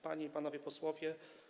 Panie i Panowie Posłowie!